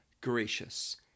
gracious